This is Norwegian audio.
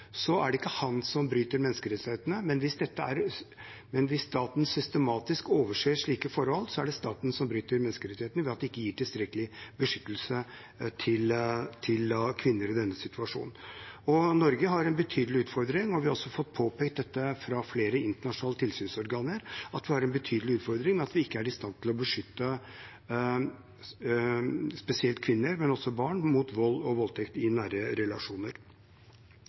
er det ikke han som bryter menneskerettighetene, men hvis staten systematisk overser slike forhold, er det staten som bryter menneskerettighetene ved at den ikke gir tilstrekkelig beskyttelse til kvinner i denne situasjonen. Norge har en betydelig utfordring – dette har også blitt påpekt av flere internasjonale tilsynsorganer – med at vi ikke er i stand til å beskytte spesielt kvinner, men også barn, mot vold og voldtekt i nære relasjoner.